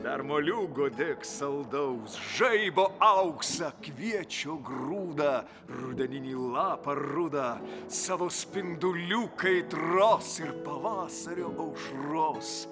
dar moliūgo dėk saldaus žaibo auksą kviečio grūdą rudeninį lapą rudą savo spindulių kaitros ir pavasario aušros